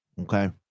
Okay